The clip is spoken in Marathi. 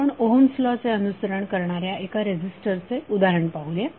आपण ओहम्स लॉ चे अनुसरण करणाऱ्या एका रेझीस्टरचे उदाहरण पाहूया